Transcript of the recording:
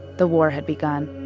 the war had begun.